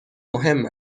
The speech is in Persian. مهم